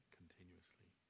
continuously